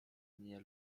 mnie